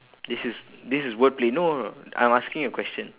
this is this is word play no no no I am asking a question